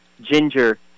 ginger